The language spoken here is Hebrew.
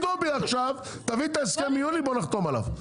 דובי עכשיו, תביא את ההסכם מיולי בוא נחתום עליו.